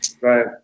Right